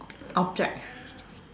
object